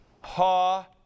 ha